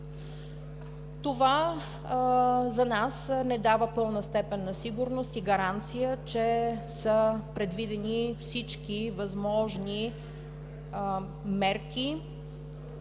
Това за нас не дава пълна степен на сигурност и гаранция, че са предвидени всички възможни мерки